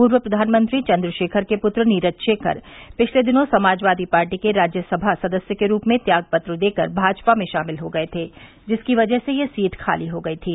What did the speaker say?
पूर्व प्रधानमंत्री चन्द्रशेखर के पुत्र नीरज शेखर पिछले दिनों समाजवादी पार्टी के राज्यसभा सदस्य के रूप में त्यागपत्र देकर भाजपा में शामिल हो गये थे जिसकी वजह से यह सीट ख़ाली हो गई थी